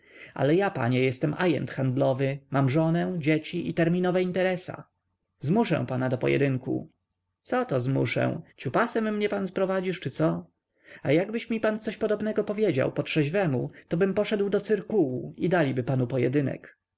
ale ja panie jestem ajent handlowy mam żonę dzieci i terminowe interesa zmuszę pana do pojedynku co to zmuszę ciupasem mnie pan sprowadzisz czy co a jakbyś mi pan coś podobnego powiedział po trzeźwemu tobym poszedł do cyrkułu i daliby panu pojedynek